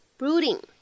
brooding